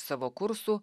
savo kursų